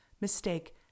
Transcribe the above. mistake